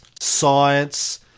science